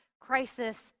crisis